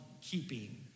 keeping